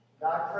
God